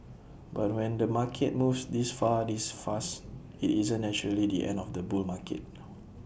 but when the market moves this far this fast IT isn't naturally the end of the bull market